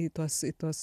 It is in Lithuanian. į tuos į tuos